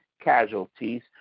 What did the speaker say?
casualties